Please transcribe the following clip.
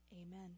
Amen